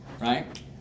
right